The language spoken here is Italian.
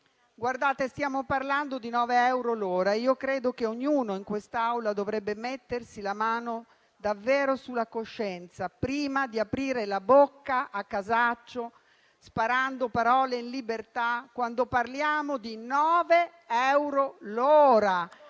all'ora. Stiamo parlando di 9 euro all'ora e credo che ognuno in quest'Aula dovrebbe mettersi davvero la mano sulla coscienza prima di aprire la bocca a casaccio, sparando parole in libertà, quando parliamo di 9 euro all'ora